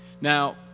now